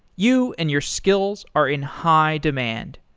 you and your skills are in high demand.